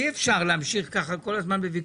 אי אפשר להמשיך ככה כל הזמן בוויכוחים,